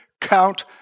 count